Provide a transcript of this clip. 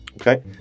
okay